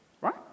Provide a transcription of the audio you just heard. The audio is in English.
Right